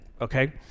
okay